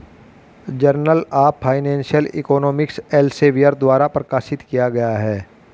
journal of Financial Economics Elsevier द्वारा प्रकाशित किया गया हैं